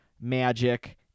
magic